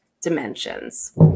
dimensions